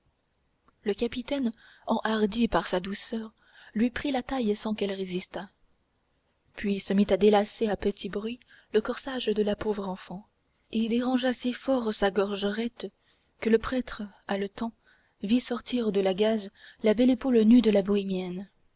le capitaine enhardi par sa douceur lui prit la taille sans qu'elle résistât puis se mit à délacer à petit bruit le corsage de la pauvre enfant et dérangea si fort sa gorgerette que le prêtre haletant vit sortir de la gaze la belle épaule nue de la bohémienne